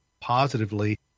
positively